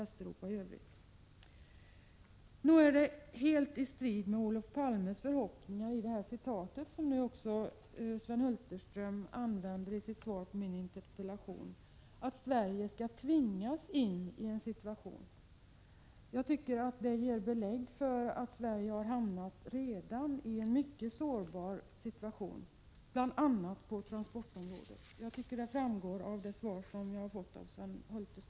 88 Nog är det helt i strid med Olof Palmes förhoppning enligt det citat som Sven Hulterström anför i sitt svar på min interpellation, att Sverige skall — Prot. 1986/87:73 tvingas in i en sådan här situation. Jag tycker att det ger belägg för att Sverige — 17 februari 1987 redan har en mycket sårbar ställning bl.a. på transportområdet, detta framgår av det svar som jag har fått av kommunikationsministern.